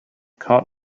cut